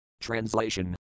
TRANSLATION